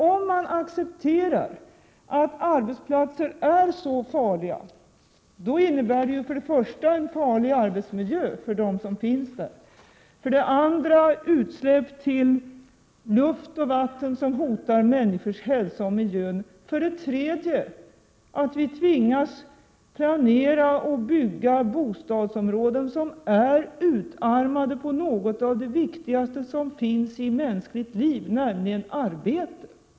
Om man accepterar att arbetsplatser är så farliga, innebär det för det första en farlig arbetsmiljö för dem som arbetar där, för det andra utsläpp till luft och vatten som hotar människors hälsa och miljö, för det tredje att vi tvingas planera och bygga bostadsområden som är utarmade på något av det viktigaste som finns i mänskligt liv, nämligen arbete.